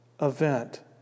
event